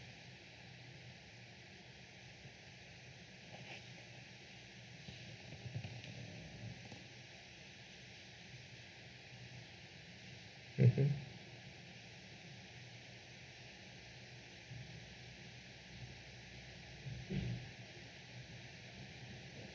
mmhmm